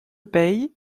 pey